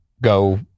go